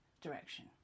direction